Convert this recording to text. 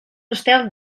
estel